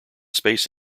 space